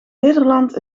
nederland